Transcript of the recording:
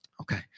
Okay